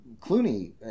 Clooney